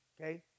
okay